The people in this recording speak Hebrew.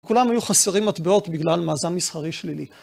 כולם היו חסרים מטבעות בגלל מאזן מסחרי שלילי.